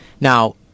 Now